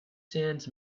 sands